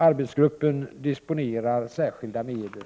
Arbetsgruppen disponerar särskilda medel.